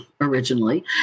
originally